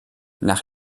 nach